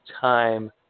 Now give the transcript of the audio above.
time